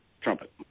trumpet